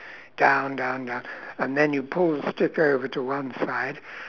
down down down and then you pull the stick over to one side